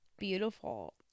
beautiful